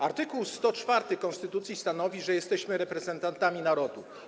Art. 104 konstytucji stanowi, że jesteśmy reprezentantami narodu.